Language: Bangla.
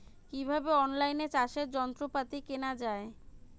কিভাবে অন লাইনে চাষের যন্ত্রপাতি কেনা য়ায়?